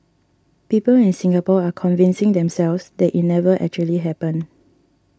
people in Singapore are convincing themselves that it never actually happened